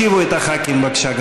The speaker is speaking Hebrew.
תושיבו גם את הח"כים, בבקשה.